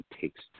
takes